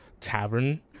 tavern